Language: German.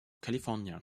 california